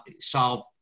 solve